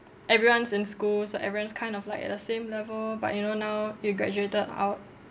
everyone's in school so everyone's kind of like at the same level but you know now you graduated out